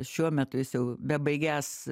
šiuo metu jis jau bebaigiąs